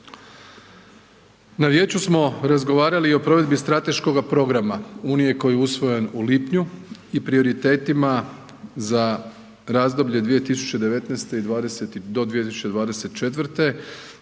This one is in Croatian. Na vijeću smo razgovarali i o provedbi strateškoga programa unije koji je usvojen u lipnju i prioritetima za razdoblje 2019. do 2024.